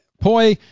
Poi